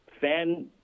fan